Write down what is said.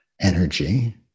energy